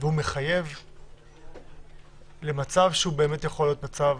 והוא מחייב למצב שהוא באמת יכול להיות מצב